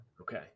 Okay